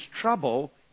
trouble